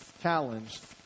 challenged